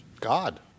God